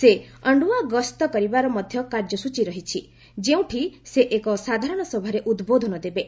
ସେ ଅଶ୍ଚାଓ୍ପା ଗସ୍ତ କରିବାର ମଧ୍ୟ କାର୍ଯ୍ୟସୂଚୀ ରହିଛି ଯେଉଁଠି ସେ ଏକ ସାଧାରଣସଭାରେ ଉଦ୍ବୋଧନ ଦେବେ